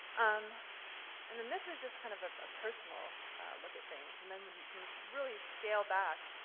um and then this is just kind of of a personal look at things. and then when you can really scale back,